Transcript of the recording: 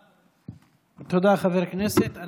תודה, חבר הכנסת.